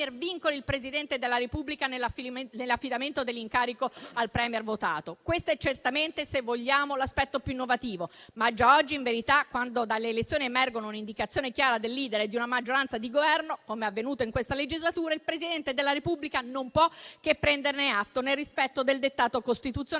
vincoli il Presidente della Repubblica nell'affidamento dell'incarico al *Premier* votato. Se vogliamo questo, è certamente l'aspetto più innovativo. Già oggi, in verità, quando dalle elezioni emergono un'indicazione chiara del *leader* e una maggioranza di Governo, come è avvenuto in questa legislatura, il Presidente della Repubblica non può che prenderne atto nel rispetto del dettato costituzionale,